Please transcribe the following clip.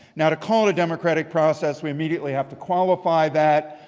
now to call it a democratic process we immediately have to qualify that.